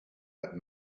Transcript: but